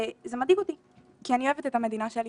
וזה מדאיג אותי כי אני אוהבת את המדינה שלי,